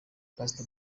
pastor